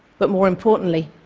but more importantly,